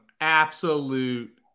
absolute